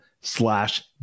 slash